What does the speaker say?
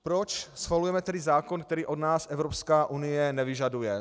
Proč schvalujeme tedy zákon, který od nás Evropská unie nevyžaduje?